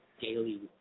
daily